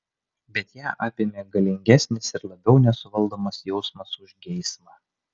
bet ją apėmė galingesnis ir labiau nesuvaldomas jausmas už geismą